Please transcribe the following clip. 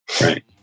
Right